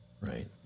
right